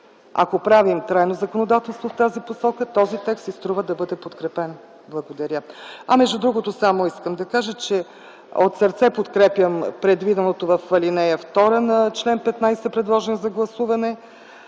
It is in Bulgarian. Ако правим трайно законодателство в тази посока този текст си струва да бъде подкрепен. Между другото само искам да кажа, че от сърце подкрепям предвиденото в ал. 2 на чл. 15, предложено за гласуване: